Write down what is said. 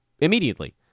immediately